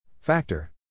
Factor